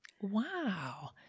Wow